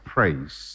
Praise